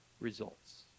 results